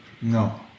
No